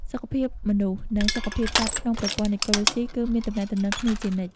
សុខភាពមនុស្ស និងសុខភាពសត្វក្នុងប្រព័ន្ធអេកូឡូស៊ី គឺមានទំនាក់ទំនងគ្នាជានិច្ច។